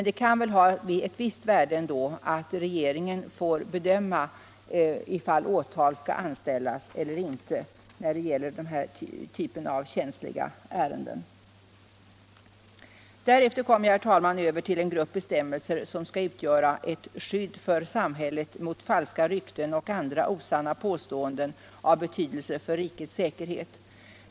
Det kan ändå ha ett visst värde att regeringen får bedöma om åtal skall väckas eller inte i den här typen av känsliga ärenden. Därefter kommer jag, herr talman, över till en grupp bestämmelser som skall utgöra skydd för samhället mot falska rykten och andra osanna påståenden av betydelse för rikets säkerhet.